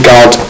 God